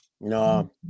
No